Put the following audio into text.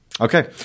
Okay